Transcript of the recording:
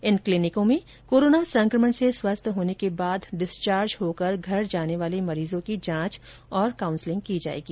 इन क्लिनिकों में कोरोना संकमण से स्वस्थ होने के बाद डिस्वार्ज होकर घर जाने वाले मरीजों की जांच और काउंसलिंग की जाएगी